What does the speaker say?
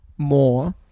More